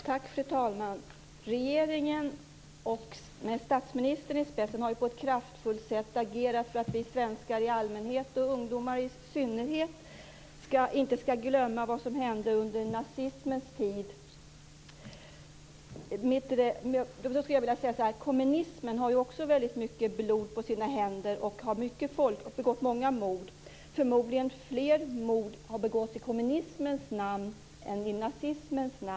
Fru talman! Regeringen med statsministern i spetsen har på ett kraftfullt sätt agerat för att vi svenskar i allmänhet och ungdomar i synnerhet inte skall glömma vad som hände under nazismens tid. Men kommunismen har ju också väldigt mycket blod på sina händer och har begått många mord. Förmodligen har fler mord begåtts i kommunismens namn än i nazismens.